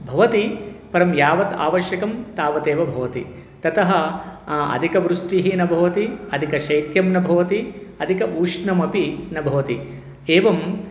भवति परं यावत् आवश्यकं तावतेव भवति ततः अधिका वृष्टिः न भवति अधिकं शैत्यं न भवति अधिकम् उष्णमपि न भवति एवम्